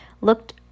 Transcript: looked